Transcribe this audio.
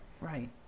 Right